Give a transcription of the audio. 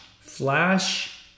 Flash